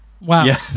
wow